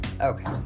Okay